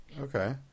Okay